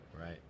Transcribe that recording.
Right